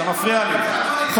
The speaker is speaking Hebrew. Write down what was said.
זה שבט פלסטיני שיעצור,